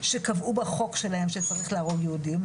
שקבעו בחוק שלהם שצריך להרוג יהודים.